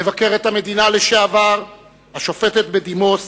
מבקרת המדינה לשעבר השופטת בדימוס